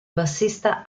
bassista